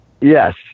Yes